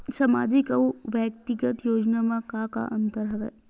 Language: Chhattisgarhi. सामाजिक अउ व्यक्तिगत योजना म का का अंतर हवय?